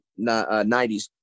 90s